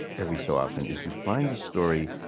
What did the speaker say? every so often, is you find a story,